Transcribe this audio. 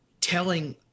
telling